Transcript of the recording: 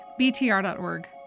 BTR.org